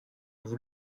vous